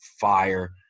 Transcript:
fire